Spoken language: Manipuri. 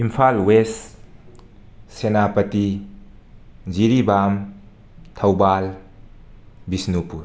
ꯏꯝꯐꯥꯜ ꯋꯦꯁ ꯁꯦꯅꯥꯄꯇꯤ ꯖꯤꯔꯤꯕꯥꯝ ꯊꯧꯕꯥꯜ ꯕꯤꯁꯅꯨꯄꯨꯔ